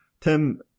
Tim